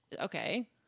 Okay